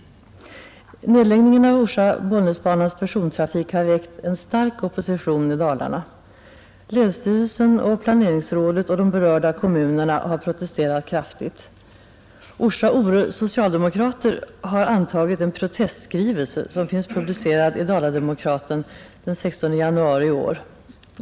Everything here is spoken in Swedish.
Nedläggningen av Orsa—Bollnäs-banans persontrafik har väckt stark opposition i Dalarna. Länsstyrelsen, planeringsrådet och de berörda kommunerna har protesterat kraftigt. Orsa-Ore socialdemokrater har antagit en protestskrivelse som finns publicerad i Dala-Demokraten den 16 januari i år.